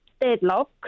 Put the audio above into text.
deadlock